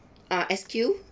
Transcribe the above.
uh S_Q